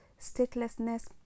statelessness